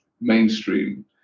mainstream